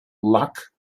luck